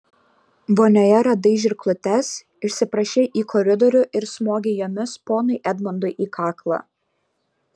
vonioje radai žirklutes išsiprašei į koridorių ir smogei jomis ponui edmundui į kaklą